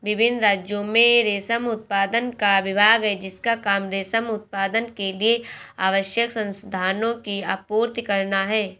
विभिन्न राज्यों में रेशम उत्पादन का विभाग है जिसका काम रेशम उत्पादन के लिए आवश्यक संसाधनों की आपूर्ति करना है